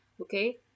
Okay